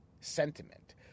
sentiment